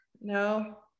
No